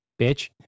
Bitch